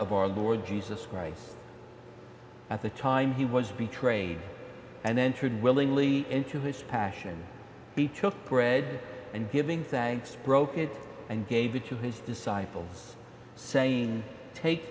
of our lord jesus christ at the time he was betrayed and entered willingly into his passion he took bread and giving thanks broke it and gave it to his disciples saying take